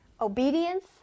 obedience